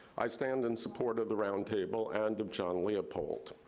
i stand in support of the roundtable and of john leopold.